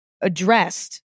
addressed